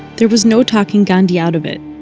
there was no talking gandhi out of it.